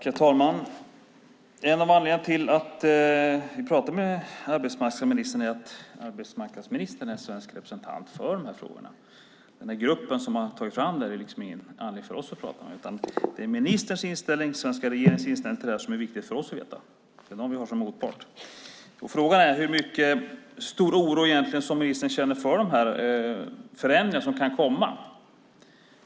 Herr talman! En av anledningarna till att vi talar med arbetsmarknadsministern är att han är svensk representant för dessa frågor. Gruppen som har tagit fram detta finns det ingen anledning för oss att tala med. Det är ministerns och regeringens inställning till detta som är viktig för oss att veta; det är dem vi har som motpart. Frågan är hur stor oro ministern egentligen känner för de förändringar som kan komma.